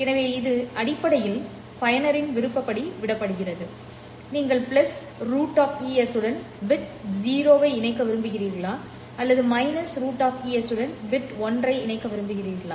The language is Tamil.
எனவே இது அடிப்படையில் பயனரின் விருப்பப்படி விடப்படுகிறது நீங்கள் பிளஸ் √ Es உடன் பிட் 0 ஐ இணைக்க விரும்புகிறீர்களா அல்லது √Es உடன் பிட்1 ஐ இணைக்க விரும்புகிறீர்களா